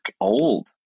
old